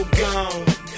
gone